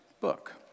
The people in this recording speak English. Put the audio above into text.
book